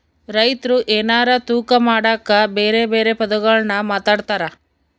ರೈತ್ರು ಎನಾರ ತೂಕ ಮಾಡಕ ಬೆರೆ ಬೆರೆ ಪದಗುಳ್ನ ಮಾತಾಡ್ತಾರಾ